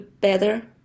better